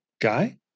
Guy